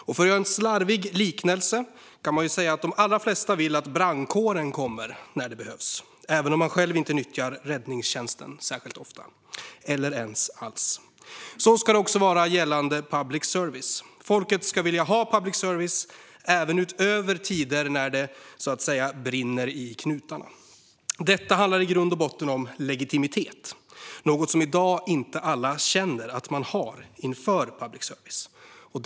För att göra en slarvig liknelse kan man säga att de allra flesta vill att brandkåren kommer när det behövs, även om man själv inte nyttjar räddningstjänsten särskilt ofta eller ens alls. Så ska det också vara gällande public service. Folket ska vilja ha public service även utöver tider när det, så att säga, brinner i knutarna. Detta handlar i grund och botten om legitimitet, något som i dag inte alla känner att public service har.